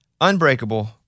Unbreakable